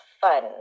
fun